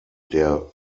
der